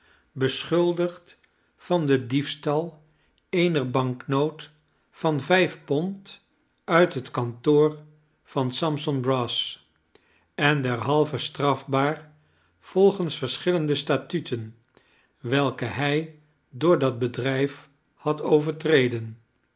beschuldigd van den diefstal eener banknoot van vijf pond uit het kantoor van sampson brass en derhalve strafbaar volgens verschillende statuten welke hij door dat bedryf had overtreden